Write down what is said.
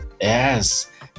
yes